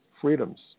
freedoms